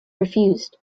refused